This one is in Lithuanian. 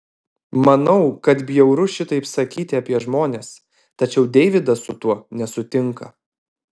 manau kad bjauru šitaip sakyti apie žmones tačiau deividas su tuo nesutinka